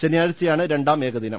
ശനിയാഴ്ചയാണ് രണ്ടാം ഏകദിനം